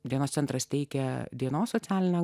dienos centras teikia dienos socialinę